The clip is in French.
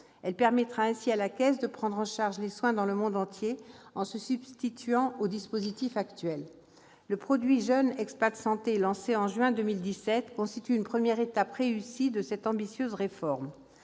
permettra ainsi à la Caisse de prendre en charge les soins dans le monde entier en se substituant au dispositif actuel. Le produit JeunExpat Santé, lancé en juin 2017, constitue une première étape réussie de cette ambitieuse réforme.